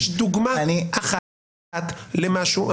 אני מבקש דוגמה אחת למשהו.